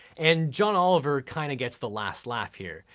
and john oliver kind of gets the last laugh here.